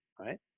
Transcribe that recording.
right